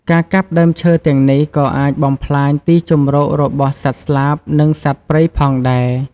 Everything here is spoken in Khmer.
ការកាប់ដើមឈើទាំងនេះក៏អាចបំផ្លាញទីជម្រករបស់សត្វស្លាបនិងសត្វព្រៃផងដែរ។